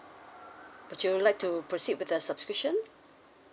would you like to proceed with the subscription